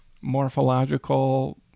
morphological